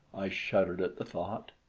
i shuddered at the thought.